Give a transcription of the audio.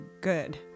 good